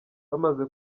bamaze